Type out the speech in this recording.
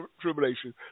tribulation